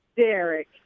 Derek